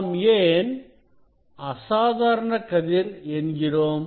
நாம் ஏன் இதை அசாதாரண கதிர் என்கிறோம்